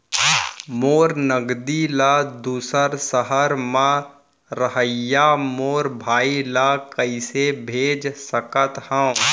मोर नगदी ला दूसर सहर म रहइया मोर भाई ला कइसे भेज सकत हव?